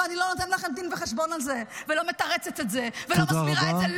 ואני לא נותנת לכם דין וחשבון על זה ולא מתרצת את זה ולא מסבירה את זה,